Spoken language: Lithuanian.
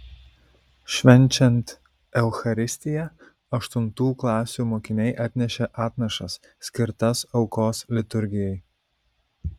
švenčiant eucharistiją aštuntų klasių mokiniai atnešė atnašas skirtas aukos liturgijai